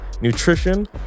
nutrition